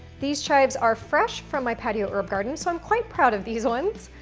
these chives are fresh from my patio herb garden, so i'm quite proud of these ones.